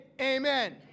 amen